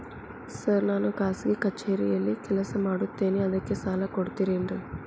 Sir ನಾನು ಖಾಸಗಿ ಕಚೇರಿಯಲ್ಲಿ ಕೆಲಸ ಮಾಡುತ್ತೇನೆ ಅದಕ್ಕೆ ಸಾಲ ಕೊಡ್ತೇರೇನ್ರಿ?